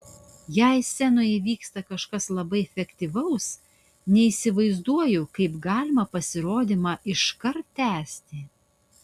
jei scenoje įvyksta kažkas labai efektyvaus neįsivaizduoju kaip galima pasirodymą iškart tęsti